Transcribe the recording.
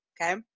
Okay